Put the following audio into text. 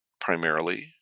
primarily